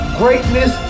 greatness